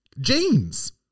jeans